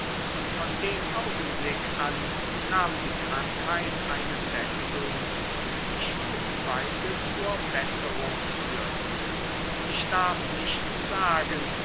und von dem augenblick an nahm die krankheit eine wendung die stufenweise zur besserung führte ich darf nicht sagen